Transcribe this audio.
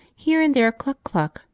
here and there a cluck-cluck,